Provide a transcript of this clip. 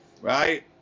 Right